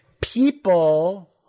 people